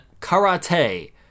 karate